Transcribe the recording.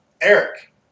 Eric